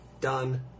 done